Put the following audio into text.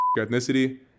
ethnicity